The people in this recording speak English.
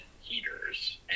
heaters